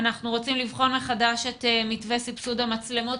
אנחנו רוצים לבחון מחדש את מתווה סבסוד המצלמות